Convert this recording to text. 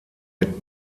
mit